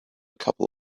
couple